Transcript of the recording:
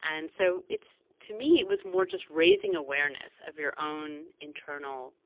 and so to me, it was more just raising awareness of your own internal